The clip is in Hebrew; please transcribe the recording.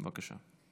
בבקשה.